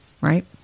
right